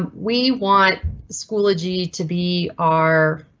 um we want schoology to be our.